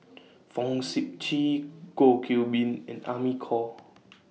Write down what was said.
Fong Sip Chee Goh Qiu Bin and Amy Khor